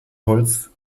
holz